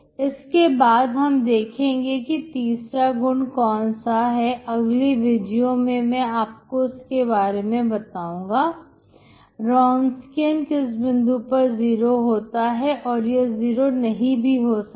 इसके बाद हम देखेंगे कि तीसरा गुण कौन सा है अगली वीडियो में मैं आपको उसके बारे में बताऊंगा Wronskian किसी बिंदु पर जीरो होता है और यह जीरो नहीं भी हो सकता है